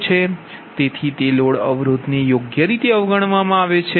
તેથી તે લોડ અવરોધને યોગ્ય રીતે અવગણવામાં આવે છે